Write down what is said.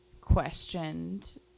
questioned